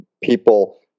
people